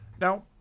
Now